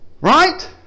Right